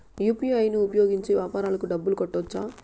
UPI ను ఉపయోగించి వ్యాపారాలకు డబ్బులు కట్టొచ్చా?